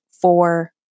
four